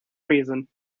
reason